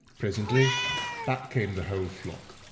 presently back came the whole flock.